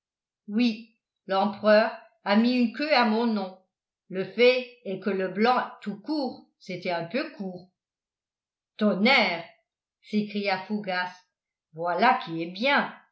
oui l'empereur a mis une queue à mon nom le fait est que leblanc tout court c'était un peu court tonnerre s'écria fougas voilà qui est bien